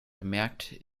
bemerkt